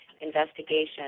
investigation